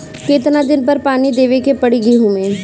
कितना दिन पर पानी देवे के पड़ी गहु में?